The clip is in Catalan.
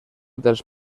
dels